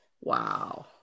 Wow